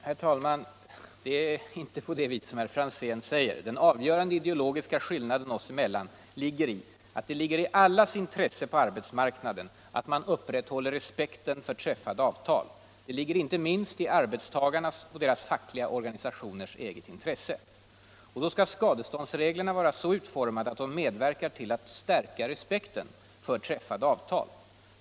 Herr talman! Nej, det är inte så som herr Franzén säger. Den avgörande ideologiska skillnaden oss emellan är att vi anser att det ligger i allas intresse på arbetsmarknaden att respekten för träffade avtal upprätthålls. Det ligger inte minst i arbetstagarnas och deras fackliga organisationers intresse. Då skall skadeståndsreglerna vara så utformade, att de medverkar till att stärka respekten för träffade avtal.